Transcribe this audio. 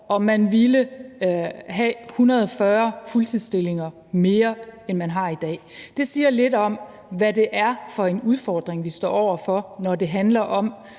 og man ville have 140 fuldtidsstillinger mere, end man har i dag. Det siger lidt om, hvad det er for en udfordring, vi står over for, når det handler om